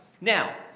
now